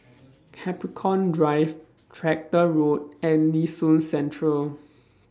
Capricorn Drive Tractor Road and Nee Soon Central